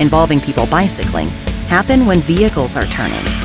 involving people bicycling happen when vehicles are turning.